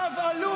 תוציא צו אלוף,